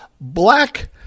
black